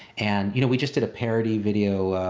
and you know we just did a parody video.